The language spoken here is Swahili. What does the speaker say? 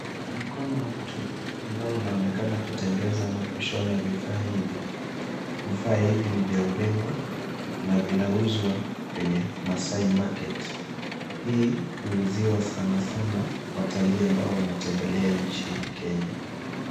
Mkono wa mtu ambao unaonekana kutengeza au kushona vifaa hivi, vifaa hivi ni vya urembo na vinauzwa kwenye Maasai market hii huuziwa sanasana watalii ambao wanatembelea nchini kenya.